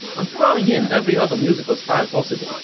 um throwing in every other musical style possible, ah